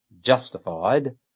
justified